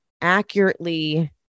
accurately